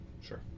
Sure